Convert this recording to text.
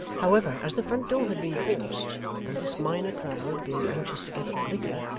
however, as the front-door had been forced, and this minor crowd, being anxious to get at the liquor,